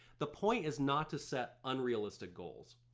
the point is not to set unrealistic goals.